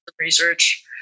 research